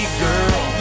girl